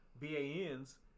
BANs